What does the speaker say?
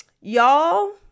y'all